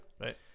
Right